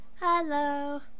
Hello